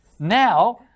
Now